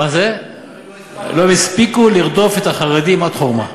הם לא הספיקו לרדוף את החרדים עד חורמה.